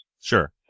Sure